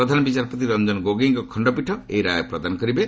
ପ୍ରଧାନ ବିଚାରପତି ରଞ୍ଜନ ଗୋଗୋଇଙ୍କ ଖଣ୍ଡପୀଠ ଏହି ରାୟ ପ୍ରଦାନ କରିବେ